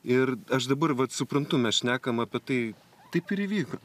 ir aš dabar vat suprantu mes šnekam apie tai taip ir įvyko